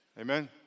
Amen